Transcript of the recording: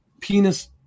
penis